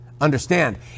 Understand